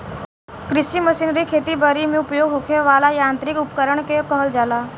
कृषि मशीनरी खेती बरी में उपयोग होखे वाला यांत्रिक उपकरण के कहल जाला